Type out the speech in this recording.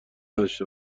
نداشته